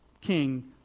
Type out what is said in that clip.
king